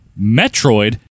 Metroid